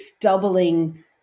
doubling